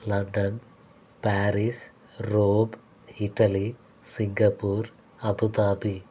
London Paris Rome Italy Singapore Abu Dhabi